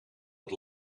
het